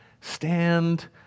stand